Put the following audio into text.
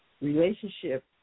relationship